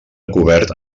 cobert